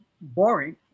boring